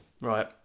Right